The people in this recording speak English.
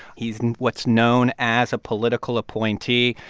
he's what's known as a political appointee.